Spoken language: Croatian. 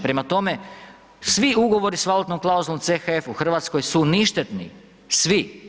Prema tome, svi ugovori s valutnom klauzulom CHF u Hrvatskoj su ništetni, svi.